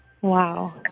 Wow